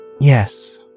Yes